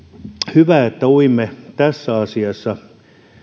hyvä että uimme tässä asiassa